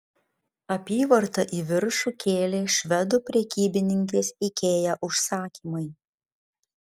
apyvartą į viršų kėlė švedų prekybininkės ikea užsakymai